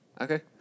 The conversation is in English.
Okay